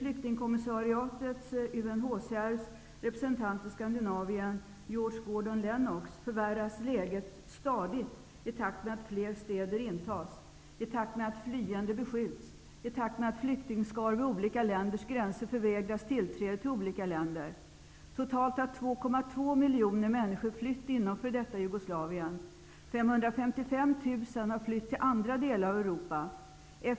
Lennox förvärras läget stadigt i takt med att fler städer intas, i takt med att flyende beskjuts, i takt med att flyktingskaror vid olika länders gränser förvägras tillträde till olika länder. Totalt har 2,2 555 > e000 har flytt till andra delar av Europa.